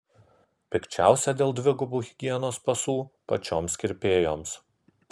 pikčiausia dėl dvigubų higienos pasų pačioms kirpėjoms